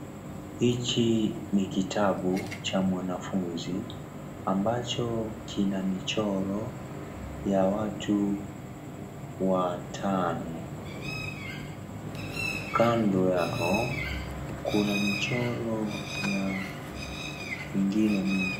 Hiki ni kitabu cha mwanafunzi, ambacho kina michoro ya watu watano, kando yao, kuna michoro ya ingine mingi.